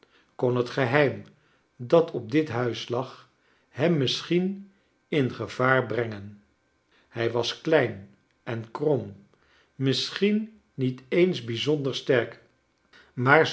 kon het geheim dat op dit huis lag hem misschien in gevaar brengen hij was klein en krom misschien niet eens bijzonder sterk maar